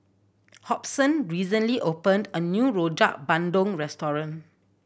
Hobson recently opened a new Rojak Bandung restaurant